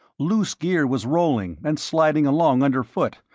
loose gear was rolling and sliding along underfoot,